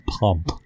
pump